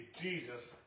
Jesus